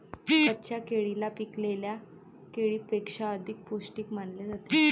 कच्च्या केळीला पिकलेल्या केळीपेक्षा अधिक पोस्टिक मानले जाते